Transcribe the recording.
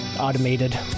automated